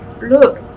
Look